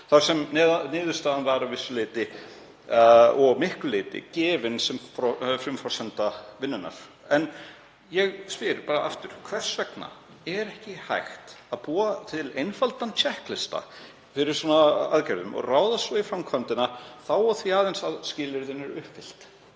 þar sem niðurstaðan var að miklu leyti gefin sem frumforsenda vinnunnar. En ég spyr aftur: Hvers vegna er ekki hægt að búa til einfaldan tékklista fyrir svona aðgerðir og ráðast svo í framkvæmdina þá og því aðeins ef skilyrðin eru uppfyllt?